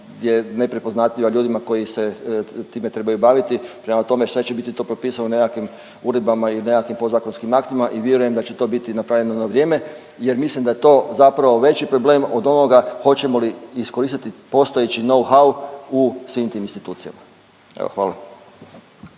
je neprepoznatljiva ljudima koji se time trebaju baviti, prema tome sve će biti to propisano u nekakvim uredbama i nekakvim podzakonskim aktima i vjerujem da će to biti napravljeno na vrijeme jer mislim da je to zapravo veći problem od onoga hoćemo li iskoristiti postojeći know how u svim tim institucijama. Evo